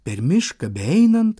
per mišką beeinant